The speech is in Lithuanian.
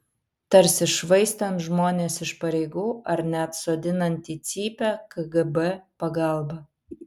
tarsi švaistant žmones iš pareigų ar net sodinant į cypę kgb pagalba